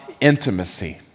intimacy